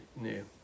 new